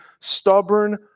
stubborn